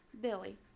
Billy